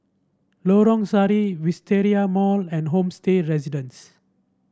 Lorong Sari Wisteria Mall and Homestay Residences